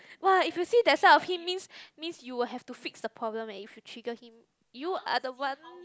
!wah! if you see that side of him means means you will have to fix the problem eh if you trigger him you are the one